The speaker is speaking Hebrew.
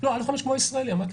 לא, א5 כמו ישראלי, אמרתי.